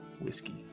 whiskey